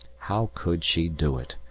how could she do it,